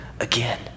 again